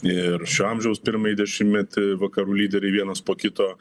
ir šio amžiaus pirmąjį dešimtmetį vakarų lyderiai vienas po kito